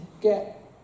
get